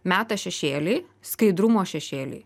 meta šešėlį skaidrumo šešėlį